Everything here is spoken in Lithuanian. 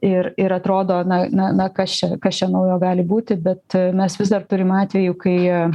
ir ir atrodo na na na kas čia kas čia naujo gali būti bet mes vis dar turim atvejų kai